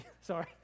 Sorry